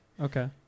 Okay